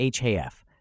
HAF